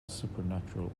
supernatural